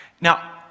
Now